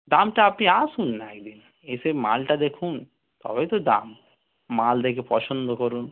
দামটা আপনি আসুন না এক দিন এসে মালটা দেখুন তবে তো দাম মাল দেখে পছন্দ করুন